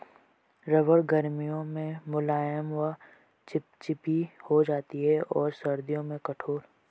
रबड़ गर्मियों में मुलायम व चिपचिपी हो जाती है और सर्दियों में कठोर